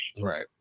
right